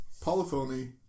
Polyphony